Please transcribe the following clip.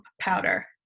powder